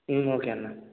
okay అన్న